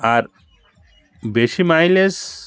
আর বেশি মাইলেজ